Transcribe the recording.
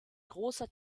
großer